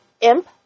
imp